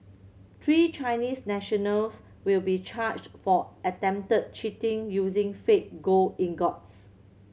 three Chinese nationals will be charged for attempted cheating using fake gold ingots